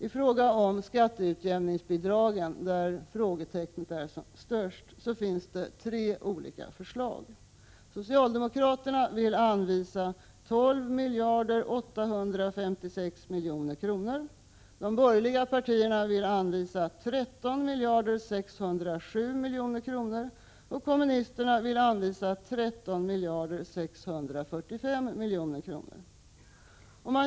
I fråga om skatteutjämningsbidragen, där frågetecknet är störst, finns det tre olika förslag: socialdemokraterna vill anvisa 12 856 000 000 kr., de borgerliga partierna vill anvisa 13 607 000 000 kr., och kommunisterna vill anvisa 13 645 000 000 kr.